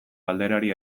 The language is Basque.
galderari